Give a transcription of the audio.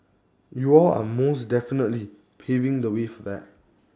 y'all are most definitely paving the way for that